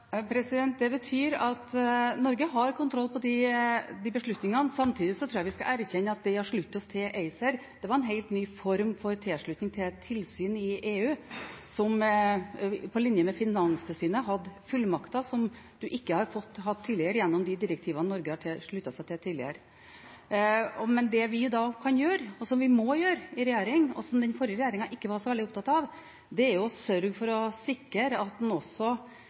Det betyr at Norge har kontroll på de beslutningene. Samtidig tror jeg vi skal erkjenne at det å slutte oss til ACER var en helt ny form for tilslutning til et tilsyn i EU som på linje med Finanstilsynet har fått fullmakter som man ikke har hatt gjennom de direktivene Norge har sluttet seg til tidligere. Men det vi da kan gjøre, og som vi må gjøre i regjering, og som den forrige regjeringen ikke var så veldig opptatt av, er å sikre at en, når en er medlem av et slikt tilsyn, ivaretar norske interesser, og klarer å sørge for